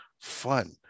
fun